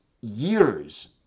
years